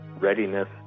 readiness